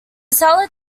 salad